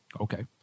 okay